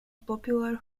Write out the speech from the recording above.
popular